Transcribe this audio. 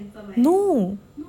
no